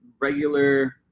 regular